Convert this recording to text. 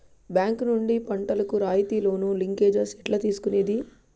Bank నుండి పంటలు కు రాయితీ లోను, లింకేజస్ ఎట్లా తీసుకొనేది?